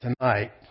tonight